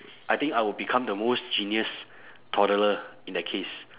I think I would become the most genius toddler in that case